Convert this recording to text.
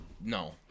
no